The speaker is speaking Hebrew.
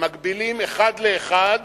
הם מקבילים אחד לאחד